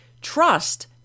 Trust